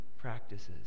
practices